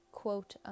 quote